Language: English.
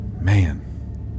Man